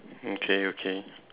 okay okay